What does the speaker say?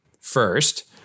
First